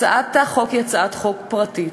הצעת החוק היא הצעת חוק פרטית,